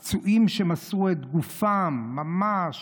הפצועים, שמסרו את גופם ממש,